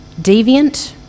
deviant